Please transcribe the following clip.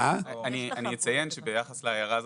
אני אציין שביחס להערה הזו,